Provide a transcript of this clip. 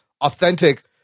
authentic